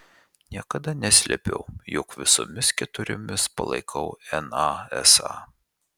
niekada neslėpiau jog visomis keturiomis palaikau nasa